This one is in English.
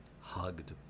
hugged